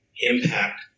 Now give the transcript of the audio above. impact